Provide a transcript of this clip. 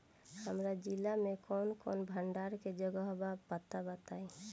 हमरा जिला मे कवन कवन भंडारन के जगहबा पता बताईं?